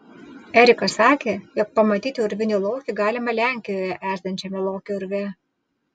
erikas sakė jog pamatyti urvinį lokį galima lenkijoje esančiame lokio urve